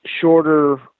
shorter